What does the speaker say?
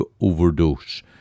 overdose